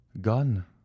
gone